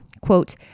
Quote